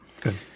Good